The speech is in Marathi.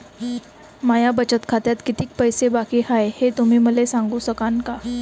माया बचत खात्यात कितीक पैसे बाकी हाय, हे तुम्ही मले सांगू सकानं का?